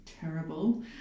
terrible